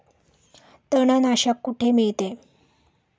तणनाशक कुठे मिळते?